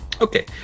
Okay